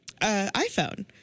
iPhone